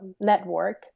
network